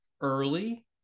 early